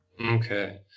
Okay